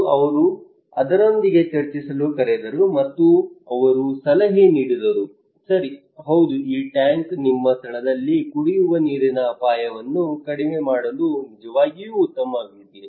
ಮತ್ತು ಅವರು ಅವರೊಂದಿಗೆ ಚರ್ಚಿಸಲು ಕರೆದರು ಮತ್ತು ಅವರು ಸಲಹೆ ನೀಡಿದರು ಸರಿ ಹೌದು ಈ ಟ್ಯಾಂಕ್ ನಿಮ್ಮ ಸ್ಥಳದಲ್ಲಿ ಕುಡಿಯುವ ನೀರಿನ ಅಪಾಯವನ್ನು ಕಡಿಮೆ ಮಾಡಲು ನಿಜವಾಗಿಯೂ ಉತ್ತಮವಾಗಿದೆ